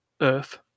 Earth